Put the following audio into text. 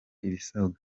ibisabwa